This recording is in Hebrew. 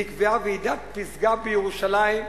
נקבעה ועידת פסגה בירושלים,